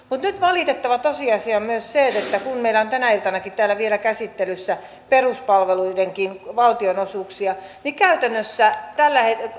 mutta nyt valitettava tosiasia on myös se että kun meillä on tänä iltana täällä vielä käsittelyssä peruspalveluidenkin valtionosuuksia niin käytännössä